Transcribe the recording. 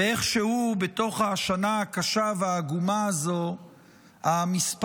ואיכשהו בתוך השנה הקשה העגומה הזו המספר